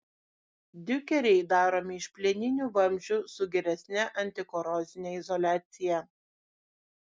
diukeriai daromi iš plieninių vamzdžių su geresne antikorozine izoliacija